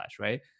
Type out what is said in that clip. Right